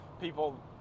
people